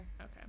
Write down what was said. Okay